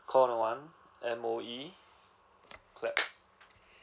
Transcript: call number one M_O_E clap